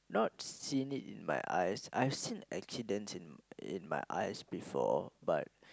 not seen it in my eyes I've seen accidents in in my eyes before but